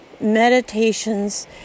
meditations